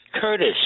Curtis